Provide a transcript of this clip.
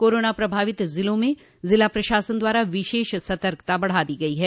corona प्रभावित जिलों में जिला प्रशासन द्वारा विशेष सतर्कता बढ़ा दी गई है